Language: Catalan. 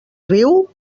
riu